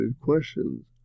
questions